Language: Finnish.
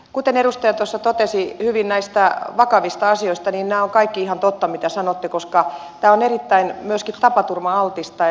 kuten edustaja tuossa totesi hyvin näistä vakavista asioista niin nämä ovat kaikki ihan totta mitä sanotte koska tämä on myöskin erittäin tapaturma altista